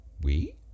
We